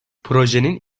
projenin